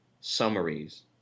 summaries